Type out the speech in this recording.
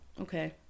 Okay